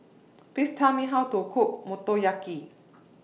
Please Tell Me How to Cook Motoyaki